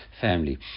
family